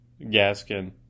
Gaskin